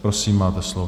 Prosím, máte slovo.